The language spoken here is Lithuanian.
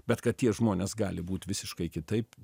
bet kad tie žmonės gali būt visiškai kitaip